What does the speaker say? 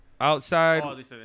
Outside